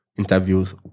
interviews